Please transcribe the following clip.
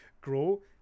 grow